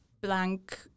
blank